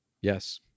Yes